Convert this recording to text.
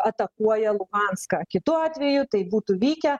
atakuoja luhanską kitu atveju tai būtų vykę